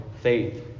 faith